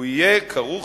הוא יהיה כרוך